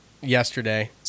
yesterday